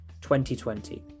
2020